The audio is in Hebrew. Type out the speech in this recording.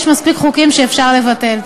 יש מספיק חוקים שאפשר לבטל.